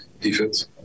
Defense